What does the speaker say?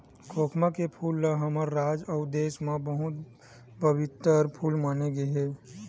खोखमा के फूल ल हमर राज अउ देस म बहुत पबित्तर फूल माने गे हे